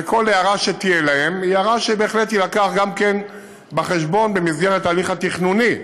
וכל הערה שתהיה להם היא הערה שבהחלט תובא בחשבון במסגרת ההליך התכנוני.